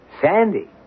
Sandy